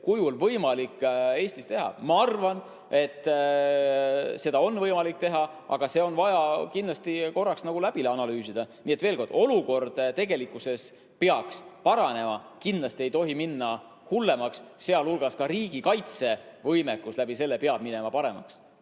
kujul võimalik Eestis teha. Ma arvan, et seda on võimalik teha, aga see on vaja kindlasti korraks nagu läbi analüüsida. Nii et veel kord, olukord tegelikkuses peaks paranema, kindlasti ei tohi minna hullemaks, sh ka riigi kaitsevõimekus peab selle kaudu minema paremaks.